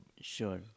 Sure